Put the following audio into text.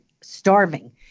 starving